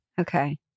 Okay